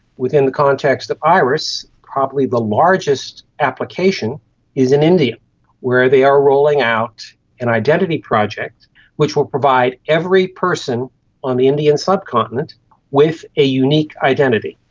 within the context of iris, probably the largest application is in india where they are rolling out an identity project which will provide every person on the indian subcontinent with a unique identity.